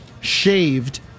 shaved